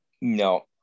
No